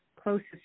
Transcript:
closest